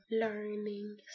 learning